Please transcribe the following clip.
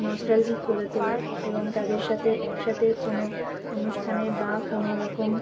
nostalgic করে তোলে এবং তাদের সাথে একসাথে কোনো অনুষ্ঠানে বা কোনো রকম